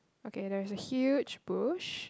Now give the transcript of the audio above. okay there's a huge bush